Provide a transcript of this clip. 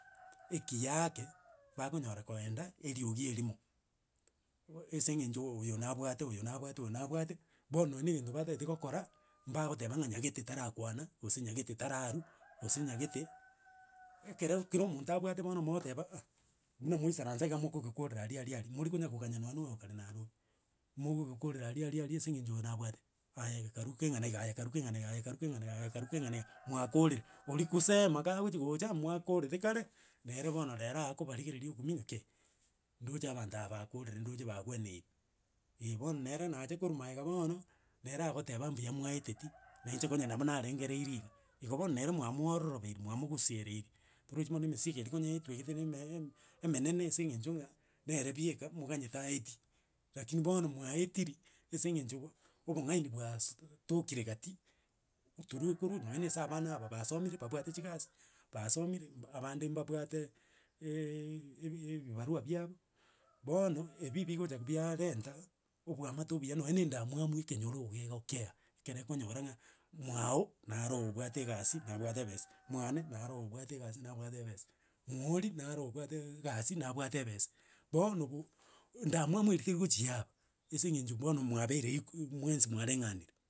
ekiya ake, bakonyora koenda eriogi erimo oh ase eng'encho oyo nabwate oyo nabwate oyo nabwate, bono eyi negento batagete gokora, mbagoteba ng'a nyagete tarakwana, gose nyagete tararwa gose nyagete, ekere kero omonto abwate bono mogoteba ah, buna mwaisaransa iga mokogekorera aria aria aria, mori konya koganya nonye oyo okare narobi. Mogogekorera aria aria aria ase eng'encho oyo nabwate, aye karu keng'ana iga, aye karu keng'ana iga, aye karu keng'ana iga, aye karu keng'ana iga, aye karu keng'ana iga, aye karu keng'ana iga, mwakorire, oria kusema kagochi gocha, mwakorete kare, nere bono rero akobarigereria okomuia ng'a kei ndoche abanto aba bakorire ndoche babweneire. Eye bono nere nacha koru maega bono, nere aagoteba mbuya mwaeteti, na inche konye nabo narengereiri iga, igo bono nere mwamoororobeiri mwamogusiereiri, torochi bono emesigo eri konya aetwegete neme em emenene ase eng'encho ng'a, nere bieka, moganyete aeti. Rakini bono mwaetiri ase eng'encho obo obong'aini bwas- tokire gati, turukuru nonye ase abana aba basomire babwate chigasi, basomire, bu- abande mbabwate eeeeeiiii ebibarua biabo, bono ebi bigocha biarenta obwamato obuya nonye na endamwamu ekenyoro iga egokea ekere okonyora ng'a mwago, nare obwate egasi, nabwate ebesa mwane, nare obwate egasi nabwate ebesa, na oria, nare obwate egasi, nabwate ebesa, bono go ndamwamu eria teri gocha yaba, ase eng'encho bono mwabeire equa, mwensi mwareng'anire.